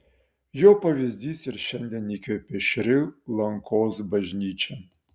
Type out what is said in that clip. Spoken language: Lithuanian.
jo pavyzdys ir šiandien įkvepia šri lankos bažnyčią